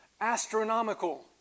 astronomical